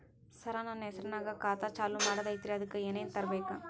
ಸರ, ನನ್ನ ಹೆಸರ್ನಾಗ ಖಾತಾ ಚಾಲು ಮಾಡದೈತ್ರೀ ಅದಕ ಏನನ ತರಬೇಕ?